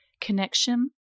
connection